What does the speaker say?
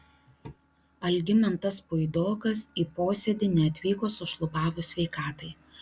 algimantas puidokas į posėdį neatvyko sušlubavus sveikatai